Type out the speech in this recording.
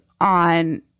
on